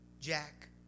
Jack